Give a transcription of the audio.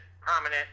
prominent